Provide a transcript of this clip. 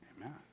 Amen